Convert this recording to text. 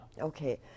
Okay